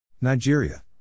Nigeria